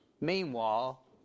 Meanwhile